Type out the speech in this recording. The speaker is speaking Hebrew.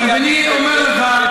כי אני אומר לך,